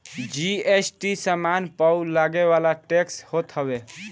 GST सामान पअ लगेवाला टेक्स होत हवे